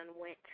went